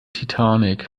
titanic